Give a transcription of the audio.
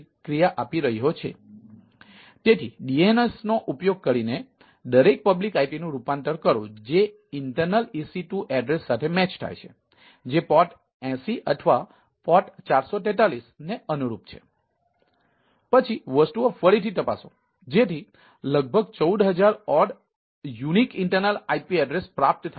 તેથી DNS lookup internal IP પ્રાપ્ત થાય છે